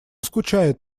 скучает